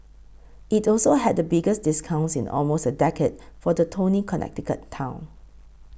it also had the biggest discounts in almost a decade for the Tony Connecticut town